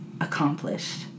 accomplished